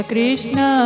Krishna